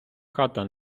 хата